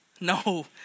No